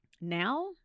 Now